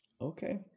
Okay